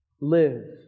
live